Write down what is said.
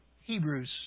Hebrews